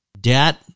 debt